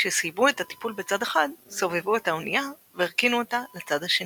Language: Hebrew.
כשסיימו את הטיפול בצד אחד סובבו את האונייה והרכינו אותה לצד השני.